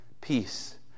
Peace